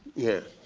yeah.